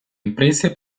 imprese